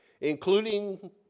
including